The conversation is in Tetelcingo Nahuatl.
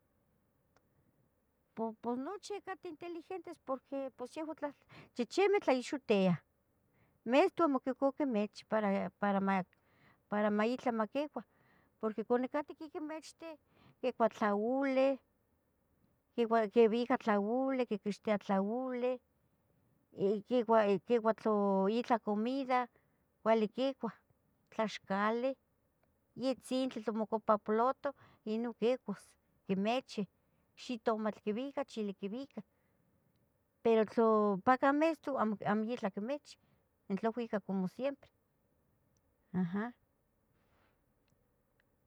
Po pos nochi cateh inteligentes porqui pos yehua tla, chichimeh tlaixohtiah, mestu maquicua quimichi para para para ma itlah maquicua, porqui cua quicatqui quiquimichti quicua tlaoleh, quibica tlaoleh, quiquixtia tlaoleh, quicu quicua tlu itlah comida, cuali quicuah, tlaxcali, yetzintli tli mocu ipa plotoh ino quicuas quimecheh, xitomatl quibica, chili quibica, pero tlu ompacah mestu amo amo itlah quimichih itlah cuica como siempre, aha.